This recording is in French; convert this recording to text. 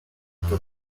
tōkyō